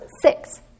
six